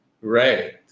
right